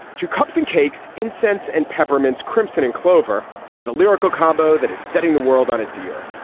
two cups and cakes, incense and peppermints, crimson and clover at the lyrical combo that is setting the world on its ear,